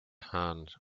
hands